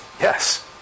Yes